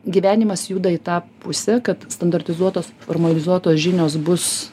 gyvenimas juda į tą pusę kad standartizuotos formalizuotos žinios bus